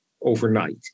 overnight